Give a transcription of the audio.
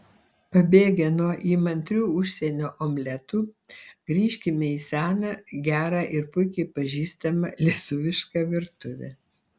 pabėgę nuo įmantrių užsienio omletų grįžkime į seną gerą ir puikiai pažįstamą lietuvišką virtuvę